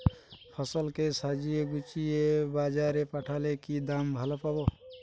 ফসল কে সাজিয়ে গুছিয়ে বাজারে পাঠালে কি দাম ভালো পাব?